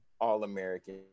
All-American